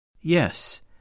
Yes